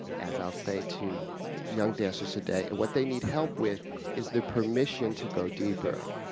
as i'll say to young dancers today, and what they need help with is the permission to go deeper,